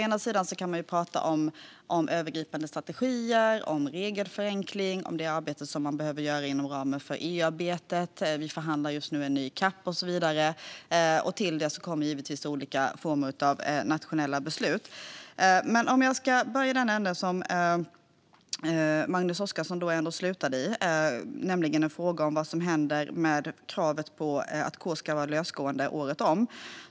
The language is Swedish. Man kan prata om övergripande strategier, om regelförenkling och om det arbete som behöver göras inom ramen för EU-arbetet. Vi förhandlar just nu om en ny CAP och så vidare. Till det kommer givetvis olika former av nationella beslut. Men jag börjar i den ända som Magnus Oscarsson slutade i, nämligen frågan om vad som händer med kravet på att kor ska vara lösgående året om.